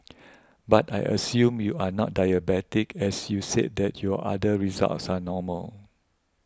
but I assume I not diabetic as you said that your other results are normal